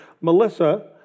Melissa